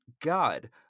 God